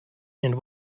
and